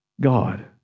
God